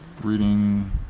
reading